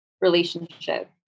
relationship